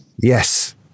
Yes